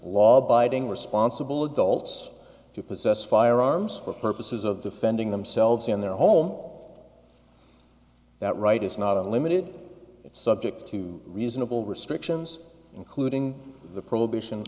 law abiding responsible adults to possess firearms for purposes of defending themselves in their home that right is not unlimited it's subject to reasonable restrictions including the prohibition